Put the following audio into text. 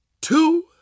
two